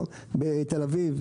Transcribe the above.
בתל אביב,